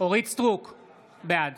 בעד